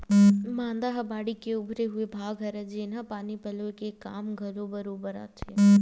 मांदा ह बाड़ी के उभरे हुए भाग हरय, जेनहा पानी पलोय के काम घलो बरोबर आथे